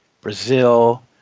Brazil